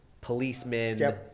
policemen